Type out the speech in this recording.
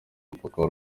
mupaka